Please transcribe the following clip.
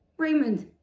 raymond.